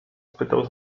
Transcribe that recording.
spytał